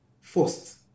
first